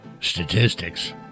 statistics